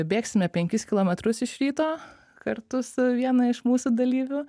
bėgsime penkis kilometrus iš ryto kartu su viena iš mūsų dalyvių